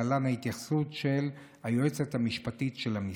להלן ההתייחסות של היועצת המשפטית של המשרד: